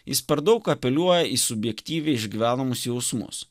jis per daug apeliuoja į subjektyviai išgyvenamus jausmus